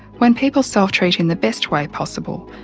when people self-treat in the best way possible,